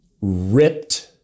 ripped